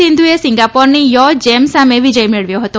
સિંધુએ સીંગાપુરની યો જેમ સામે વિજય મેળવ્યો હતો